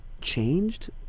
changed